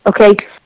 okay